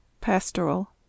Pastoral